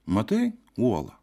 matai uolą